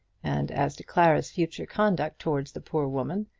and as to clara's future conduct towards the poor woman,